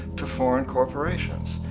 to foreign corporations.